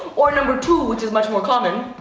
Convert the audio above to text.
or, number two, which is much more common,